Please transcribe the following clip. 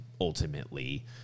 ultimately